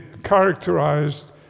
characterized